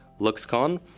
LuxCon